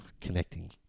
connecting